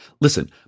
Listen